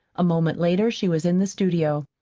a moment later she was in the studio.